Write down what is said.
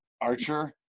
archer